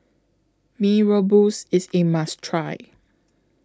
Mee Rebus IS A must Try